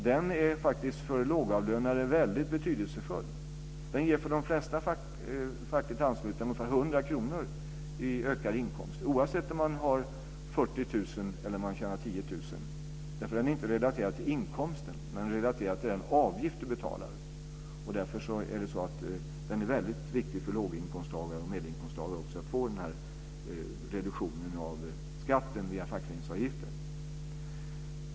Den är faktiskt för lågavlönade väldigt betydelsefull. Den ger för de flesta fackligt anslutna ungefär hundra kronor i ökad inkomst, oavsett om man tjänar 40 000 eller 10 000 kr. Den är nämligen inte relaterad till inkomsten utan till den avgift man betalar, och därför är det väldigt viktigt för låg och medelinkomsttagare att få den här reduktionen av skatten via fackföreningsavgiften.